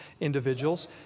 individuals